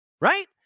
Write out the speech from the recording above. right